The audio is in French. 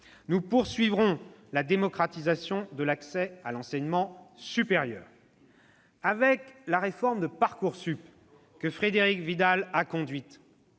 Nous poursuivrons la démocratisation de l'accès à l'enseignement supérieur. Avec la réforme de Parcoursup, que Frédérique Vidal a conduite,